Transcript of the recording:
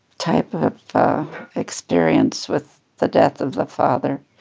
type of experience with the death of the father,